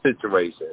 situation